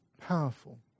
powerful